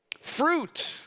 fruit